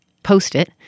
Post-it